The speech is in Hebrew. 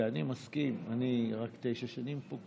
שאני מסכים אני רק תשע שנים פה,